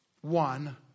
one